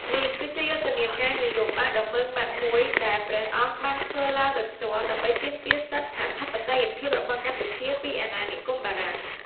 នេះគឺជាយុទ្ធនាការនយោបាយដ៏ម៉ឺងម៉ាត់មួយ ដែលព្រះអង្គបានធ្វើឡើងដោយផ្ទាល់ ដើម្បីទាមទារសិទ្ធិអធិបតេយ្យភាពរបស់កម្ពុជាពីអាណានិគមបារាំង។